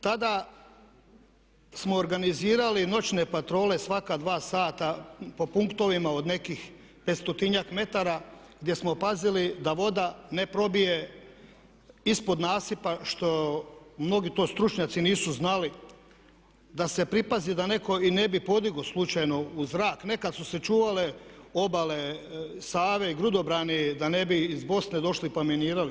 Tada smo organizirali noćne patrole svaka 2 sata po punktovima od nekih 500-tinjak metara gdje smo pazili da voda ne probije ispod nasipa što mnogi to stručnjaci nisu znali da se pripazi da netko i ne bi podigao slučajno u zrak, nekada su se čuvale obale Save i grudobrani da ne bi iz Bosne došli pa minirali.